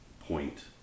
point